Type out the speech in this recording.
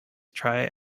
tri